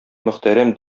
мөхтәрәм